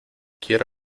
quiero